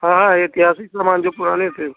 हाँ हाँ ऐतिहासिक सामान जो पुराने थे